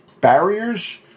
barriers